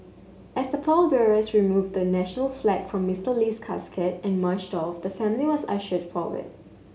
as the pallbearers removed the national flag from Mister Lee's casket and marched off the family was ushered forward